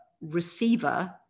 receiver